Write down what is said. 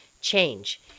change